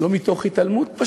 לא מתוך התעלמות,